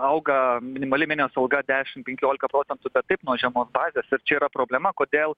auga minimali mėnesio alga dešimt penkiolika procentų bet taip nuo žemos bazės ir čia yra problema kodėl